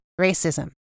racism